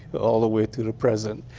all the way through the present.